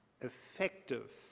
effective